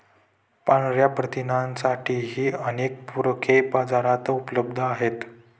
पांढया प्रथिनांसाठीही अनेक पूरके बाजारात उपलब्ध आहेत